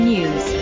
News